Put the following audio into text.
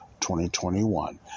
2021